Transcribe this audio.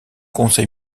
conseil